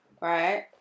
right